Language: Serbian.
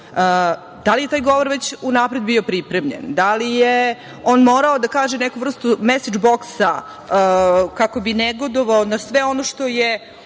da li je taj govor već unapred bio pripremljen, da li je on morao da kaže neku vrstu „mesidž boksa“, kako bi negodovao na sve ono što je